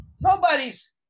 Nobody's